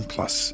Plus